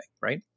right